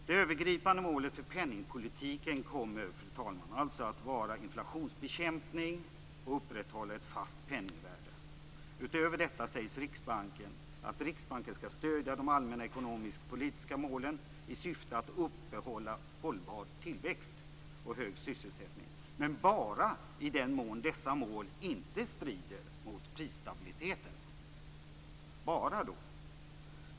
Det övergripande målet för penningpolitiken kommer alltså, fru talman, att vara inflationsbekämpning och att upprätthålla ett fast penningvärde. Utöver detta sägs att Riksbanken skall stödja de allmänna ekonomisk-politiska målen i syfte att upprätthålla hållbar tillväxt och hög sysselsättning - men bara i den mån dessa mål inte strider mot prisstabiliteten. Bara då.